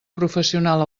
professional